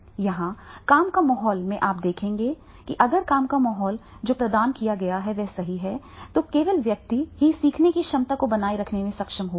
यहां काम के माहौल में आप देखेंगे कि अगर काम का माहौल जो प्रदान किया गया है वह सही है तो केवल व्यक्ति ही सीखने की क्षमता को बनाए रखने में सक्षम होगा